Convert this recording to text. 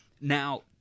Now